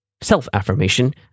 self-affirmation